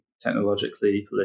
technologically